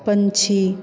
पंछी